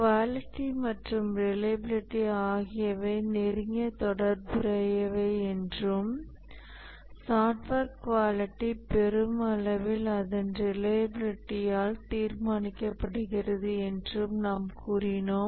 quality மற்றும் reliability ஆகியவை நெருங்கிய தொடர்புடையவை என்றும் சாஃப்ட்வேர் குவாலிட்டி பெருமளவில் அதன் ரிலையபிலிடியால் தீர்மானிக்கப்படுகிறது என்றும் நாம் கூறினோம்